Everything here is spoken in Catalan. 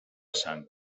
sang